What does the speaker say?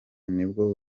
nibwo